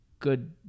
Good